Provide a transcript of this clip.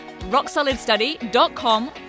rocksolidstudy.com